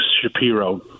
Shapiro